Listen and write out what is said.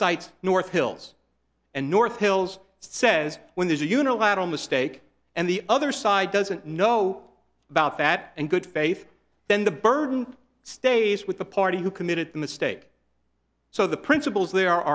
cites north hills and north hills says when there's a unilateral mistake and the other side doesn't know about that and good faith then the burden stays with the party who committed the mistake so the principles